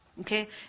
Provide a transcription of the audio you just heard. Okay